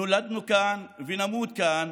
נולדנו כאן ונמות כאן,